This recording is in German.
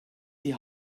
die